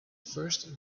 first